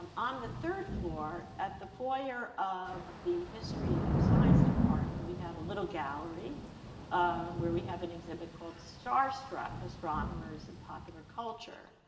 on um the third floor at the foyer of the history of science department, we have a little gallery where we have an exhibit called starstruck astronomers in popular culture.